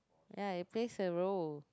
ya it plays a role